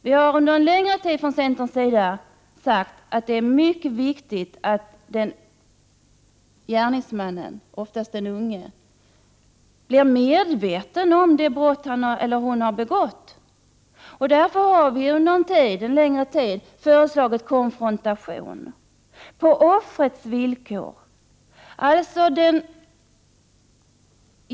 Vi har från centerns sida under en längre tid sagt att det är mycket viktigt att gärningsmannen, oftast en ung person, blir medveten om det brott han eller hon har begått. Vi har därför sedan länge föreslagit att en konfrontation skall ske mellan offer och gärningsman på offrets villkor.